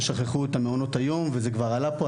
ששכחו את מעונות היום וזה כבר עלה פה,